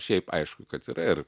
šiaip aišku kad yra ir